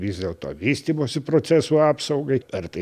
vis dėlto vystymosi procesų apsaugai ar tai